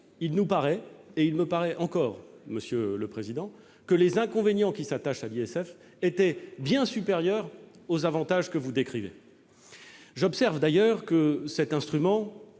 il nous semblait, et il me semble encore, monsieur le président Kanner, que les inconvénients qui s'attachaient à l'ISF étaient bien supérieurs aux avantages que vous décrivez. J'observe d'ailleurs que ce type d'instrument,